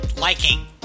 liking